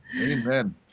Amen